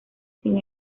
sin